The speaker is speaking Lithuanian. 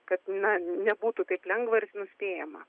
kad na nebūtų taip lengva ir nuspėjama